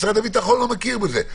משרד הביטחון לא מכיר בזה.